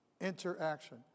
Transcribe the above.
interaction